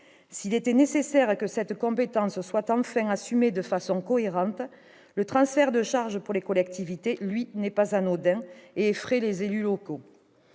S'il était nécessaire que la compétence GEMAPI soit enfin assumée de façon cohérente, le transfert de charges, lui, pour les collectivités locales n'est pas anodin et effraie les élus locaux.